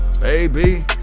baby